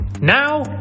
Now